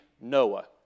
Noah